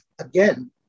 again